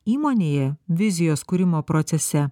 įmonėje vizijos kūrimo procese